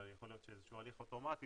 אבל יכול להיות שאיזה שהוא הליך אוטומטי